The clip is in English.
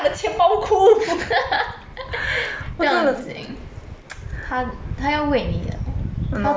不用经 他他要为你的他自己